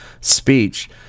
speech